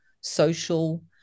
social